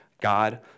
God